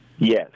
Yes